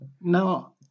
no